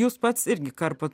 jūs pats irgi karpot